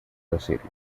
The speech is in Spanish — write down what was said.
decirle